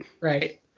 Right